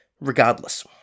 Regardless